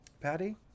Patty